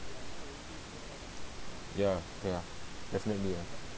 ya ya definitely ah